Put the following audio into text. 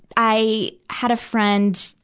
i had a friend,